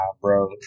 bro